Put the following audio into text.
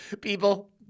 people